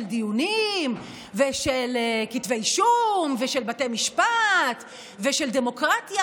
דיונים ושל כתבי אישום ושל בתי משפט ושל דמוקרטיה,